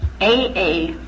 AA